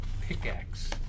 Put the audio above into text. pickaxe